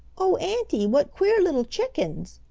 oh, auntie, what queer little chickens!